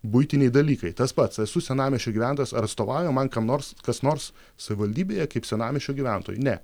buitiniai dalykai tas pats esu senamiesčio gyventojas ar atstovauja man kam nors kas nors savivaldybėje kaip senamiesčio gyventojui ne